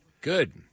good